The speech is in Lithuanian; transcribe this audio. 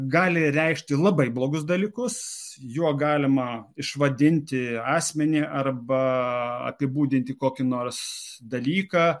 gali reikšti labai blogus dalykus juo galima išvadinti asmenį arba apibūdinti kokį nors dalyką